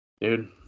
dude